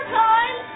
time